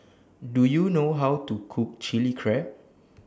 Do YOU know How to Cook Chilli Crab